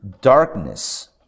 darkness